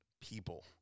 people